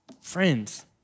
friends